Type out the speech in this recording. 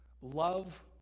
love